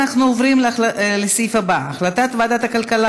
אנחנו עוברים לסעיף הבא: החלטת ועדת הכלכלה